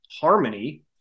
harmony